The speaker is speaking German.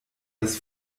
des